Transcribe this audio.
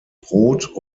rot